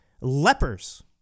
lepers